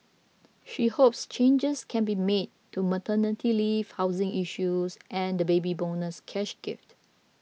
she hopes changes can be made to maternity leave housing issues and the Baby Bonus cash gift